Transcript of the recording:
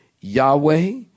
Yahweh